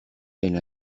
elle